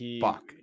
Fuck